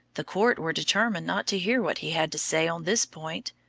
the court were determined not to hear what he had to say on this point,